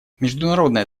международное